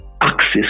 access